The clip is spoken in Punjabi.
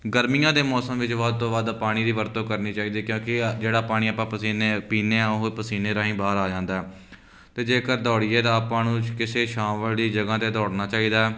ਗਰਮੀਆਂ ਦੇ ਮੌਸਮ ਵਿੱਚ ਵੱਧ ਤੋਂ ਵੱਧ ਪਾਣੀ ਦੀ ਵਰਤੋਂ ਕਰਨੀ ਚਾਹੀਦੀ ਕਿਉਂਕਿ ਜਿਹੜਾ ਪਾਣੀ ਆਪਾਂ ਪਸੀਨੇ ਪੀਂਦੇ ਹਾਂ ਉਹ ਪਸੀਨੇ ਰਾਹੀਂ ਬਾਹਰ ਆ ਜਾਂਦਾ ਅਤੇ ਜੇਕਰ ਦੌੜੀਏ ਦਾ ਆਪਾਂ ਨੂੰ ਕਿਸੇ ਛਾਂ ਵਾਲੀ ਜਗ੍ਹਾ 'ਤੇ ਦੌੜਨਾ ਚਾਹੀਦਾ